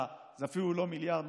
זה אפילו לא 1.2 מיליארד,